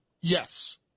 Yes